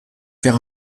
wäre